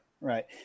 right